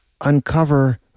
Uncover